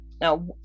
now